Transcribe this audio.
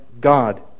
God